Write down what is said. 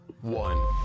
one